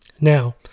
Now